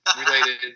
related